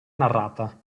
narrata